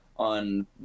on